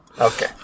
Okay